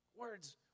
Words